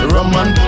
Roman